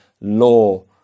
law